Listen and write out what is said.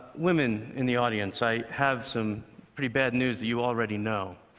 women in the audience, i have some pretty bad news that you already know,